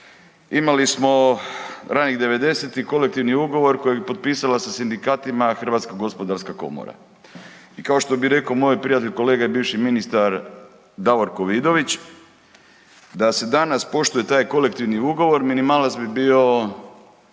imali smo ranih devedesetih kolektivni ugovor koji je potpisala sa sindikatima HGK i kao što bi rekao moj prijatelj i kolega bivši ministar Davorko Vidović da se danas poštuje taj kolektivni ugovor minimalac bi bio